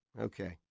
Okay